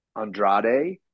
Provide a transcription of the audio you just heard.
Andrade